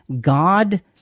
God